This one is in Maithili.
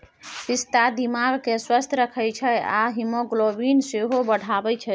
पिस्ता दिमाग केँ स्वस्थ रखै छै आ हीमोग्लोबिन सेहो बढ़ाबै छै